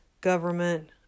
government